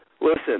Listen